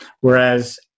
whereas